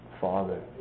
Father